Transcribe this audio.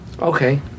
Okay